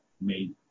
made